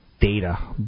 data